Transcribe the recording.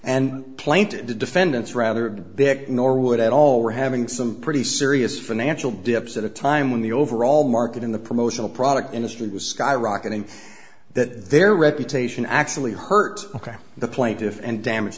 and plant the defendants rather norwood at all were having some pretty serious financial dips at a time when the overall market in the promotional product industry was skyrocketing that their reputation actually hurt ok the plaintive and damage